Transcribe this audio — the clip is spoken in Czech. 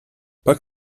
pak